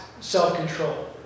self-control